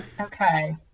Okay